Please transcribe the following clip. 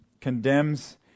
condemns